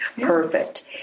perfect